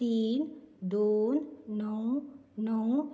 तीन दोन णव णव